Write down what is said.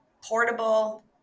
portable